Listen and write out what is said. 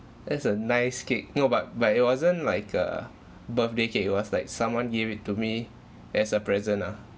that's a nice cake no but but it wasn't like a birthday cake it was like someone gave it to me as a present ah